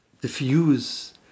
diffuse